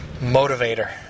motivator